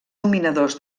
dominadors